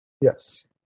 Yes